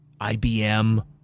IBM –